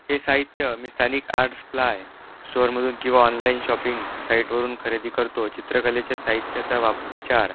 हे साहित्य मी स्थानिक आर्ट स्प्लाय स्टोअरमधून किंवा ऑनलाईन शॉपिंग साईटवरून खरेदी करतो चित्रकलेच्या साहित्याचा वा विचार